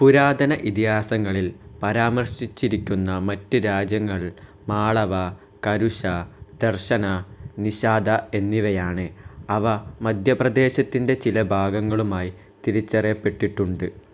പുരാതന ഇതിഹാസങ്ങളിൽ പരാമർശിച്ചിരിക്കുന്ന മറ്റ് രാജ്യങ്ങൾ മാളവ കരുഷ ദശർന നിഷാദ എന്നിവയാണ് അവ മധ്യപ്രദേശിൻ്റെ ചില ഭാഗങ്ങളുമായി തിരിച്ചറിയപ്പെട്ടിട്ടുണ്ട്